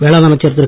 வேளாண் அமைச்சர் திரு